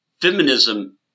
feminism